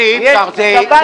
אדוני, אין דבר כזה.